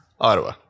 ottawa